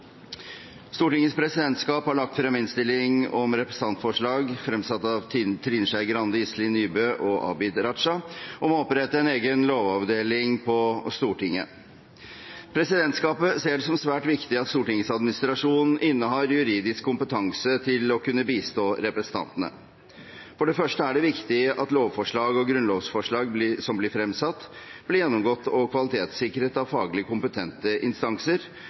Stortingets presidentskap har lagt frem innstilling om representantforslag fremsatt av Trine Skei Grande, Iselin Nybø og Abid Q. Raja om å opprette en egen lovavdeling på Stortinget. Presidentskapet ser det som svært viktig at Stortingets administrasjon innehar juridisk kompetanse til å kunne bistå representantene. For det første er det viktig at lovforslag og grunnlovsforslag som blir fremsatt, blir gjennomgått og kvalitetssikret av faglig kompetente instanser,